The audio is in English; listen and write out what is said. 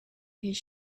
his